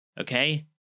Okay